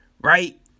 Right